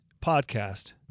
podcast